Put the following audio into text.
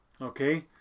Okay